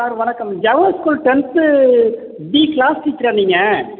sir வணக்கம் Jawahar school tenth B class டீச்சராக நீங்கள்